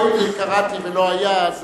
הואיל וקראתי ולא היה,